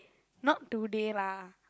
not today lah